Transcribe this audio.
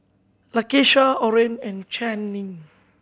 Lakesha Orene and Channing